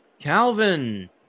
Calvin